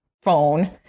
phone